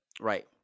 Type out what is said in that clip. Right